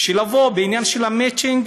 שבעניין המצ'ינג,